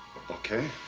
okay?